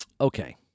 Okay